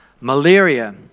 malaria